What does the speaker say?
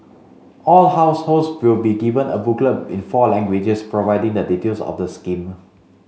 all households will be given a booklet in four languages providing the details of the scheme